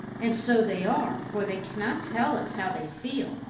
and so they are, for they cannot tell us how they feel,